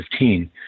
2015